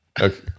okay